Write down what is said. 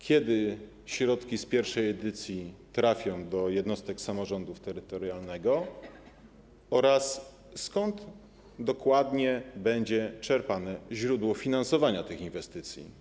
Kiedy środki z pierwszej edycji trafią do jednostek samorządu terytorialnego oraz skąd dokładnie będzie czerpane źródło finansowania tych inwestycji?